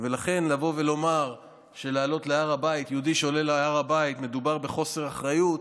ולכן לבוא ולומר שכשיהודי עולה להר הבית מדובר בחוסר אחריות,